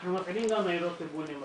אנחנו מפעילים גם ניידות טיפול נמרץ,